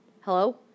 Hello